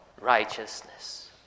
righteousness